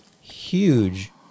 huge